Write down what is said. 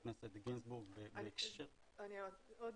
עוד